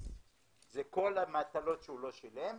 וכל המטלות שהוא לא שילם,